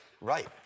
right